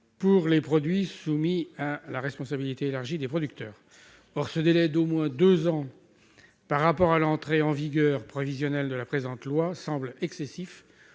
pour les produits soumis à la responsabilité élargie du producteur. Or ce délai d'au moins deux ans à compter de l'entrée en vigueur prévisionnelle de la présente loi semble excessif